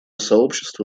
сообщество